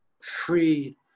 free